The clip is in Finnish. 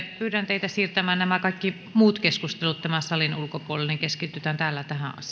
pyydän teitä siirtämään nämä kaikki muut keskustelut tämän salin ulkopuolelle keskitytään täällä tähän